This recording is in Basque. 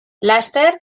laster